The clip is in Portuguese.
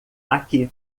aqui